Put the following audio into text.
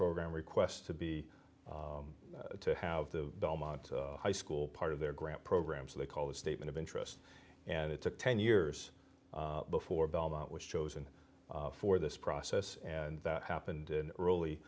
program requests to be to have the belmont high school part of their grant program so they call the statement of interest and it took ten years before belmont was chosen for this process and that happened in